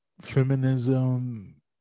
feminism